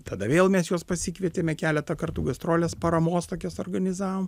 tada vėl mes juos pasikvietėme keletą kartų gastrolės paramos tokias organizavom